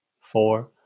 four